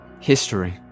history